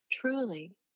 Truly